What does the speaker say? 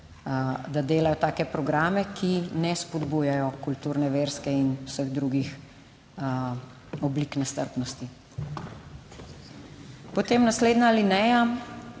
da delajo take programe, ki ne spodbujajo kulturne, verske in vseh drugih oblik nestrpnosti. Potem, naslednja alineja: